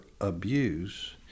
abuse